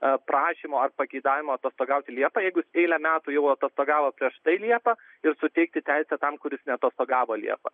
prašymo ar pageidavimo atostogauti liepą jeigu jis eilę metų jau atostogavo prieš tai liepą ir suteikti teisę tam kuris neatostogavo liepą